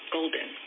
Golden